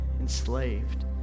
enslaved